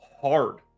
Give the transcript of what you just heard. hard